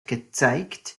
gezeigt